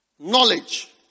Knowledge